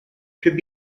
could